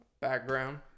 background